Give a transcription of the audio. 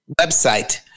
website